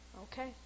okay